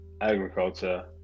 agriculture